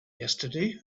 yesterday